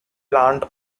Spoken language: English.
plant